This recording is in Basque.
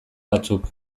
batzuk